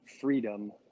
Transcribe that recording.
freedom